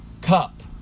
cup